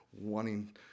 wanting